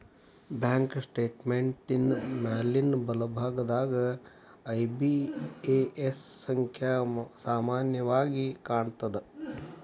bank ಸ್ಟೇಟ್ಮೆಂಟಿನ್ ಮ್ಯಾಲಿನ್ ಬಲಭಾಗದಾಗ ಐ.ಬಿ.ಎ.ಎನ್ ಸಂಖ್ಯಾ ಸಾಮಾನ್ಯವಾಗಿ ಕಾಣ್ತದ